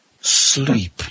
sleep